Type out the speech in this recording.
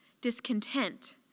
discontent